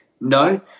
no